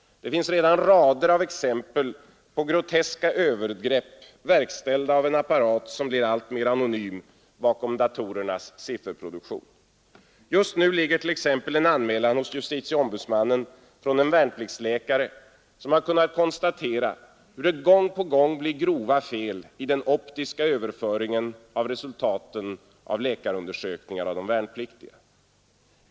Det finns redan rader av exempel på groteska övergrepp verkställda av en apparat som blir alltmer anonym bakom datorernas sifferproduktion. Just nu ligger t.ex. en anmälan hos JO från en värnpliktsläkare som har kunnat konstatera hur det gång på gång blir grova fel i den optiska överföringen av resultaten vid läkarundersökningar av de värnpliktiga.